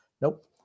Nope